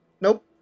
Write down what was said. Nope